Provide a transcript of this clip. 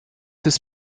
des